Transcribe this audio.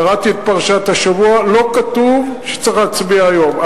קראתי את פרשת השבוע, לא כתוב שצריך להצביע היום.